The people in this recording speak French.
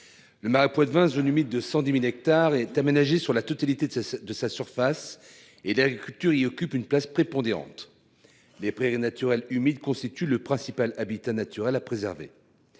Le Marais poitevin, zone humide de 110 000 hectares, est aménagé sur la totalité de sa surface et l'agriculture y occupe une place prépondérante. Les prairies naturelles humides constituent le principal habitat naturel à préserver.